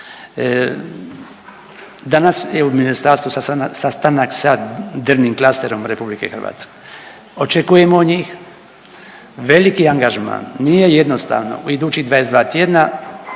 Danas je u ministarstvu sastanak sa drvnim klasterom RH. Očekujemo od njih veliki angažman, nije jednostavno u idućih 22 tjedna